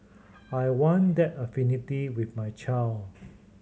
I want that affinity with my child